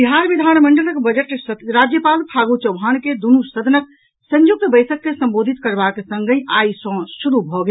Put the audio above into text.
बिहार विधान मंडलक बजट सत्र राज्यपाल फागू चौहान के दुनू सदनक संयुक्त बैसक के संबोधित करबाक संगहि आई सॅ शुरू भऽ गेल